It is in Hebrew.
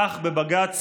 כך בבג"ץ